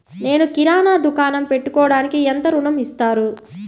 నేను కిరాణా దుకాణం పెట్టుకోడానికి ఎంత ఋణం ఇస్తారు?